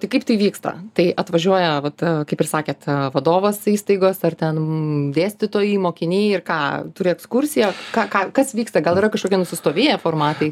tai kaip tai vyksta tai atvažiuoja vat kaip ir sakėt vadovas įstaigos ar ten dėstytojai mokiniai ir ką turi ekskursiją ką ką kas vyksta gal yra kažkokie nusistovėję formatai